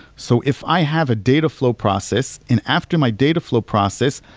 so if i have a data flow process and after my data flow process,